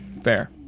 Fair